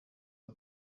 are